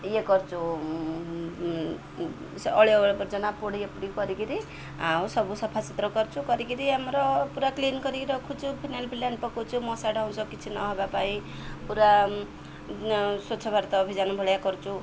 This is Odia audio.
ଇଏ କରଛୁ ଅଳିଆ ଆବର୍ଜନା ପୋଡ଼ି ପୋଡ଼ି କରିକିରି ଆଉ ସବୁ ସଫା ସୁତୁର କରୁଛୁ କରିକିରି ଆମର ପୁରା କ୍ଲିନ କରିକି ରଖୁଛୁ ଫିନାଇଲ ଫିଲାଇନ ପକାଉଛୁ ମଶା ଡାଉଁଶ କିଛି ନ ହେବା ପାଇଁ ପୁରା ସ୍ୱଚ୍ଛ ଭାରତ ଅଭିଯାନ ଭଳିଆ କରୁଛୁ